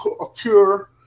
occur